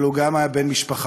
אבל הוא גם היה בן משפחה,